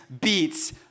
beats